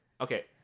Okay